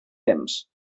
temps